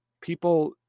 People